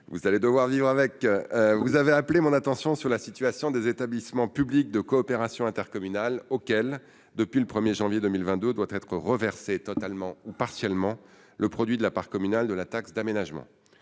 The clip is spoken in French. suis bien désolé ... Vous avez appelé mon attention sur la situation des établissements publics de coopération intercommunale auxquels, depuis le 1 janvier 2022, doit être reversé, totalement ou partiellement, le produit de la part communale de la taxe d'aménagement.